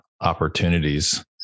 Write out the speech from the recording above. opportunities